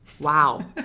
wow